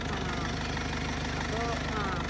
ആണോ അപ്പോൾ ആ